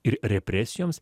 ir represijoms